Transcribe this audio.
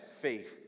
faith